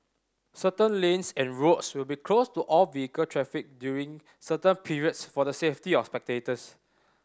certain lanes and roads will be closed to all vehicle traffic during certain periods for the safety of spectators